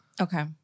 Okay